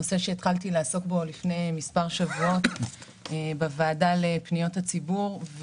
נושא שהתחלתי לעסוק בו לפני מספר שבועות בוועדה לפניות הציבור.